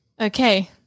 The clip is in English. Okay